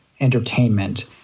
entertainment